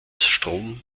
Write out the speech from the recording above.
strom